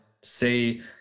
say